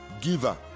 giver